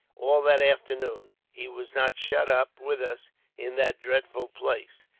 all that afternoon. he was not shut up with us in that dreadful place,